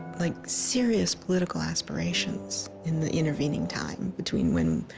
like, serious political aspirations in the intervening time between when,